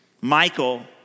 Michael